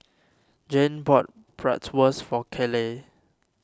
Jayne bought Bratwurst for Kayleigh